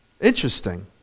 Interesting